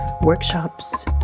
workshops